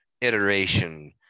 iteration